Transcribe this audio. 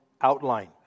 outline